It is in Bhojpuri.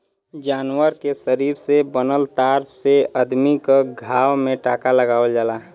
जानवर के शरीर से बनल तार से अदमी क घाव में टांका लगावल जाला